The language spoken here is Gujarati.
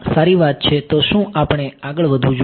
તો શું આપણે આગળ વધવું જોઈએ